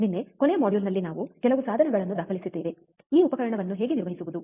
ನಿನ್ನೆ ಕೊನೆಯ ಮಾಡ್ಯೂಲ್ನಲ್ಲಿ ನಾವು ಕೆಲವು ಸಾಧನಗಳನ್ನು ದಾಖಲಿಸಿದ್ದೇವೆ ಈ ಉಪಕರಣವನ್ನು ಹೇಗೆ ನಿರ್ವಹಿಸುವುದು